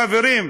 חברים,